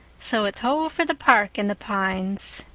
so it's ho for the park and the pines.